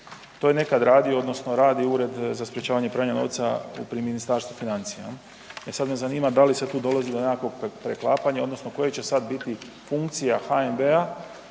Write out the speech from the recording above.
To je nekad radio odnosno radi Ured za sprječavanje pranja novca pri Ministarstvu financija. E sad me zanima da li se tu dolazi do nekakvog preklapanja odnosno koje će sad biti funkcija HNB-a